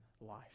life